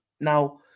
Now